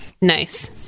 Nice